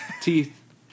teeth